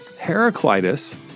Heraclitus